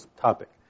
topic